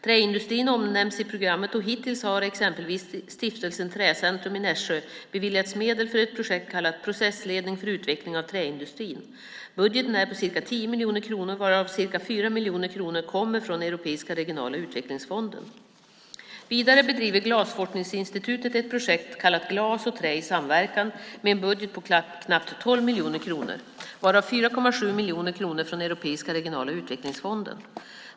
Träindustrin omnämns i programmet, och hittills har exempelvis Stiftelsen Träcentrum i Nässjö beviljats medel för ett projekt kallat Processledning för utveckling av träindustrin. Budgeten är på ca 10 miljoner kronor, varav ca 4 miljoner kronor kommer från Europeiska regionala utvecklingsfonden. Vidare bedriver Glasforskningsinstitutet ett projekt kallat Glas och trä i samverkan, med en budget på knappt 12 miljoner kronor, varav 4,7 miljoner kronor från Europeiska regionala utvecklingsfonden.